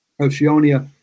oceania